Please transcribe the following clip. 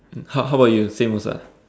how how about you same also ah